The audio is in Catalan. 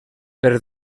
per